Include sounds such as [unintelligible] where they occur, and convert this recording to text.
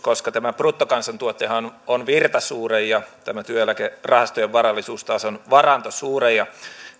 [unintelligible] koska tämä bruttokansantuotehan on virtasuure ja tämä työeläkerahastojen varallisuus taas on varantosuure ja